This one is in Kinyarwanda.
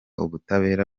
ubutabera